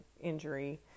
injury